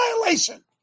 violation